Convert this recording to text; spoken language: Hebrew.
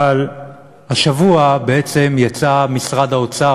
אבל השבוע בעצם יצא משרד האוצר,